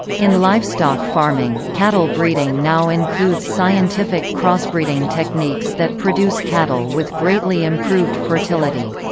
in livestock farming, cattle-breeding now includes scientific crossbreeding techniques that produce cattle with greatly improved fertility.